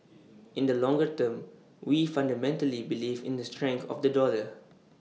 in the longer term we fundamentally believe in the strength of the dollar